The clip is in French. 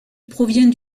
provient